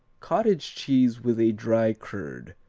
cottage cheese with a dry curd,